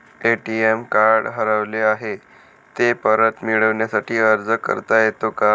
ATM card हरवले आहे, ते परत मिळण्यासाठी अर्ज करता येतो का?